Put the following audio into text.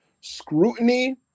scrutiny